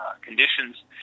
conditions